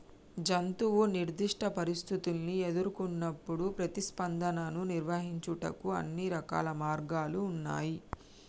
జంతువు నిర్దిష్ట పరిస్థితుల్ని ఎదురుకొన్నప్పుడు ప్రతిస్పందనను నిర్వహించుటకు అన్ని రకాల మార్గాలు ఉన్నాయి